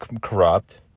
corrupt